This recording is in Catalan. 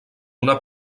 una